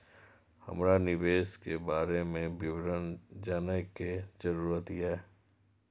हमरा निवेश के बारे में विवरण जानय के जरुरत ये?